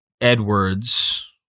Edwards